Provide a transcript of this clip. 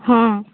ହଁ